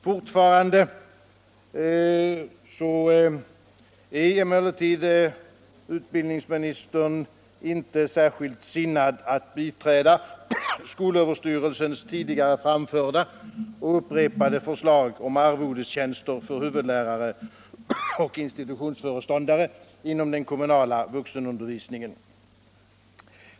Fortfarande är emellertid utbildningsministern inte särskilt sinnad att biträda skolöverstyrelsens tidigare framförda och upprepade förslag om arvodestjänster för huvudlärare och institutionsföreståndare inom den kommunala vuxenundervisningen.